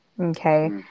Okay